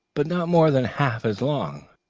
but not more than half as long,